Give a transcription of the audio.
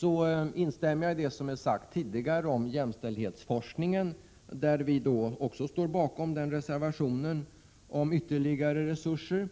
Jag instämmer i det som är sagt tidigare om jämställdhetsforskningen, där också vi i centern står bakom reservationen om ytterligare resurser.